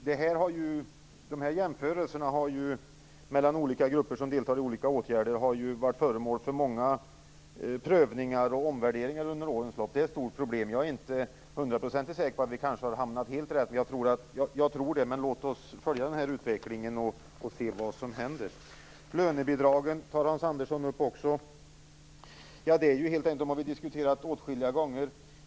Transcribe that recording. De här jämförelserna mellan olika grupper som deltar i olika åtgärder har varit föremål för många prövningar och omvärderingar under årens lopp, och det är ett stort problem. Jag är inte hundraprocentigt säker på att vi har hamnat helt rätt, men jag tror det. Låt oss följa utvecklingen och se vad som händer. Lönebidragen tar Hans Andersson också upp. Det är ett ämne som vi diskuterat åtskilliga gånger.